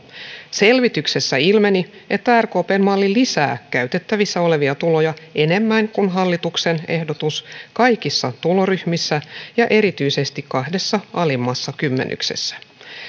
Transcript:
selvityksessä ilmeni että rkpn malli lisää käytettävissä olevia tuloja enemmän kuin hallituksen ehdotus kaikissa tuloryhmissä ja erityisesti kahdessa alimmassa kymmenyksessä